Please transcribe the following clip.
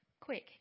Quick